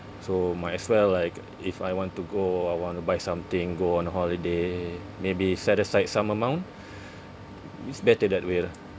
so might as well like if I want to go I want to buy something go on holiday maybe set aside some amount it's better that way lah